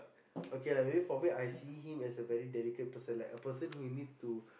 okay lah maybe for me I see him as a very delicate person like a person who needs to